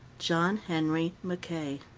john henry mackay.